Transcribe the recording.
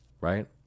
right